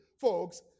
folks